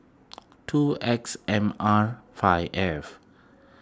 two X M R five F